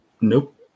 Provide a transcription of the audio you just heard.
Nope